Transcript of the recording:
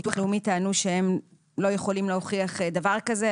שביטוח לאומי טענו שהם לא יכולים להוכיח דבר כזה,